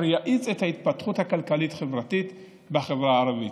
זה יאיץ את ההתפתחות הכלכלית-חברתית בחברה הערבית,